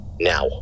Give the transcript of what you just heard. Now